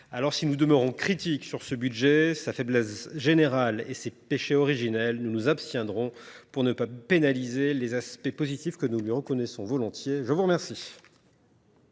Ainsi, si nous demeurons critiques sur ce budget, sa faiblesse générale et ses péchés originels, nous nous abstiendrons pour ne pas pénaliser les aspects positifs que nous lui reconnaissons. La parole